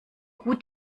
gut